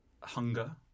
hunger